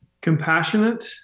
Compassionate